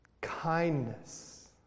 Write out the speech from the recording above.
Kindness